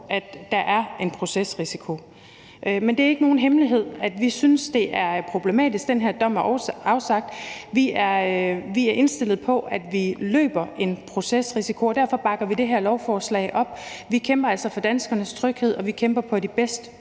at der er en procesrisiko, men det er ikke nogen hemmelighed, at vi synes, det er problematisk, at den her dom er afsagt. Vi er indstillet på, at vi løber en procesrisiko, og derfor bakker vi det her lovforslag op. Vi kæmper altså for danskernes tryghed, og vi kæmper for de bedst